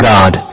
God